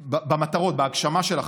במטרות, בהגשמה של החזון,